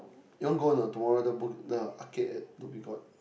you want go or not tomorrow the Bug~ the arcade at Dhoby-Ghaut